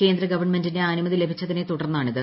കേന്ദ്ര ഗവൺമെന്റിന്റെ അനുമതി ലഭിച്ചതിനെ തുടർന്നാണ് ഇത്